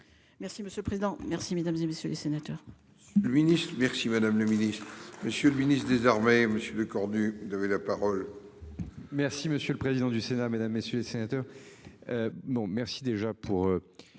Merci monsieur le président. Merci mesdames et messieurs les sénateurs.